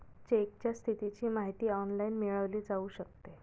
चेकच्या स्थितीची माहिती ऑनलाइन मिळवली जाऊ शकते